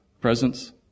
presence